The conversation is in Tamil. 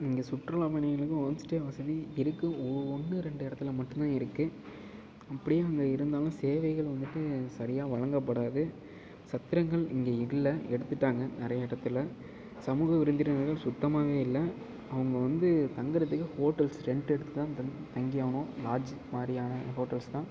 இங்கே சுற்றுலா பயணிகளுக்கு ஹோம் ஸ்டே வசதி இருக்குது ஒன்று ரெண்டு இடத்துல மட்டும்தான் இருக்குது அப்படியே அங்கே இருந்தாலும் சேவைகள் வந்துட்டு சரியாக வழங்கப்படாது சத்திரங்கள் இங்கே இல்லை எடுத்துட்டாங்க நிறைய இடத்துல சமூக விருந்தினர்கள் சுத்தமாகவே இல்லை அவங்க வந்து தங்கறதுக்கு ஹோட்டல் ரெண்ட் எடுத்துதான் தங் தங்கியாகணும் லாட்ஜ் மாதிரியான ஹோட்டல்ஸ் தான்